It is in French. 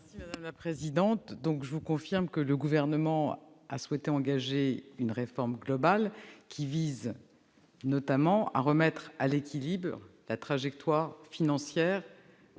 l'avis du Gouvernement ? Je vous confirme que le Gouvernement a souhaité engager une réforme globale, qui vise notamment à remettre à l'équilibre la trajectoire financière